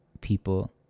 people